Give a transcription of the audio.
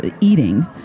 eating